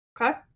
okay